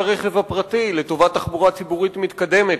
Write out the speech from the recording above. הרכב הפרטי לטובת תחבורה ציבורית מתקדמת,